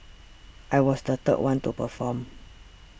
I was the third one to perform